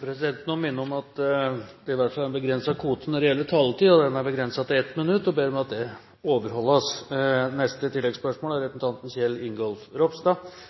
Presidenten må minne om at det i hvert fall er en begrenset kvote når det gjelder taletid, og den er begrenset til 1 minutt. Presidenten ber om at den tiden overholdes. Kjell Ingolf Ropstad – til oppfølgingsspørsmål. Det er